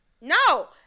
No